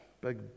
big